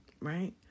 right